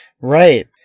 Right